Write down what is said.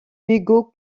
bigot